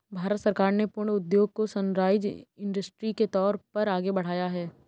भारत सरकार ने पुष्प उद्योग को सनराइज इंडस्ट्री के तौर पर आगे बढ़ाया है